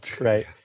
Right